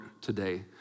today